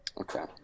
Okay